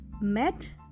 met